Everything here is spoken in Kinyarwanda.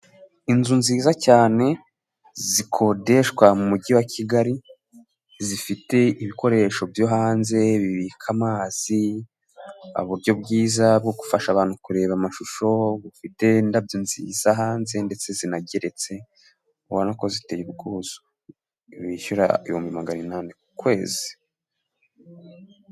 Inzu nziza cyane zikodeshwa mu mujyi wa Kigali, zifite ibikoresho byo hanze bibika amazi, uburyo bwiza bwo gufasha abantu kureba amashusho, bufite indabyo nziza hanze ndetse zinageretse, ubona ko ziteye ubwuzu, bishyura ibihumbi magana inani ku kwezi.